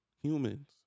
humans